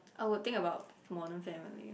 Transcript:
I would think about modern family or